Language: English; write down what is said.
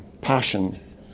passion